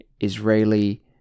Israeli